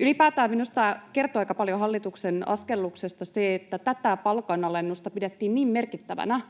Ylipäätään minusta kertoo aika paljon hallituksen askelluksesta se, että tätä palkanalennusta pidettiin niin merkittävänä,